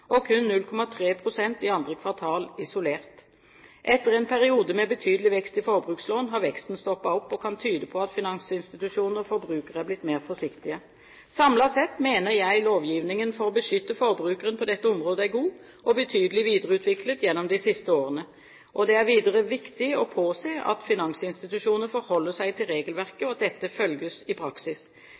og kun 0,3 pst. i andre kvartal isolert. Etter en periode med betydelig vekst i forbrukslån har veksten stoppet opp, og det kan tyde på at finansinstitusjonene og forbrukerne er blitt mer forsiktige. Samlet sett mener jeg lovgivningen for å beskytte forbrukeren på dette området er god og betydelig videreutviklet gjennom de siste årene. Det er videre viktig å påse at finansinstitusjonene forholder seg til regelverket, og at dette følges i praksis.